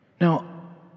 Now